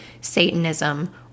Satanism